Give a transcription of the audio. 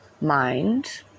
mind